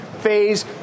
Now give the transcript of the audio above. phase